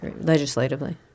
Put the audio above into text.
legislatively